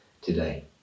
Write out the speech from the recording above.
today